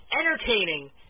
entertaining